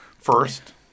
first